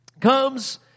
comes